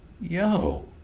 yo